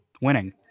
Winning